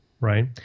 Right